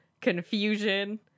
confusion